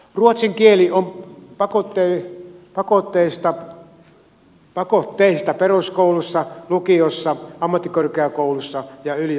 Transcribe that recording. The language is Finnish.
ruotsin kieli on pakotteista peruskoulussa lukiossa ammattikorkeakouluissa ja yliopistoissa